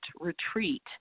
retreat